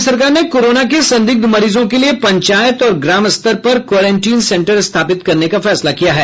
राज्य सरकार ने कोरोना के संदिग्ध मरीजों के लिए पंचायत और ग्राम स्तर पर क्वारेंटीन सेंटर स्थापित करने का फैसला किया है